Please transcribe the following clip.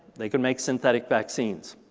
they could make synthetic vaccines.